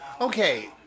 Okay